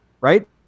right